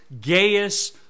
Gaius